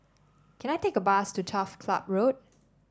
can I take a bus to Turf Ciub Road